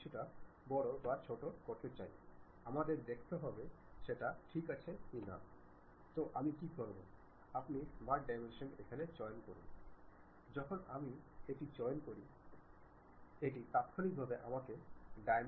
সুতরাং আমি extrude cut click করেছি এখন আপনার স্ক্রোল বাটনটি ক্লিক করুনএটি সেই দিকে সরান